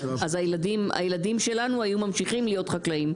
אז הילדים שלנו היו ממשיכים להיות חקלאים,